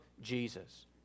Jesus